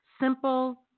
simple